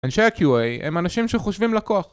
אנשי ה-QA הם אנשים שחושבים לקוח